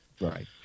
Right